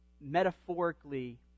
metaphorically